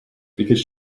because